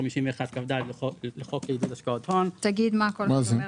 51 לחוק לעידוד השקעות הון; תגיד מה כל אחד מהם אומר.